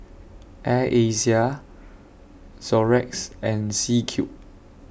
Air Asia Xorex and C Cube